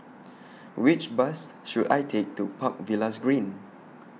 Which Bus should I Take to Park Villas Green